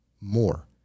more